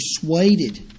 persuaded